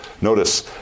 Notice